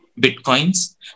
bitcoins